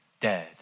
dead